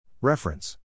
Reference